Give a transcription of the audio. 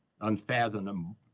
unfathomable